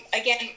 again